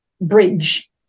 bridge